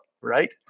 right